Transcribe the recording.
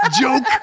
Joke